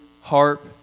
harp